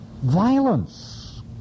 violence